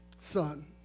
Son